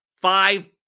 five